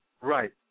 right